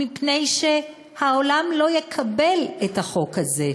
מפני שהעולם לא יקבל את החוק הזה.